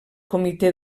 comitè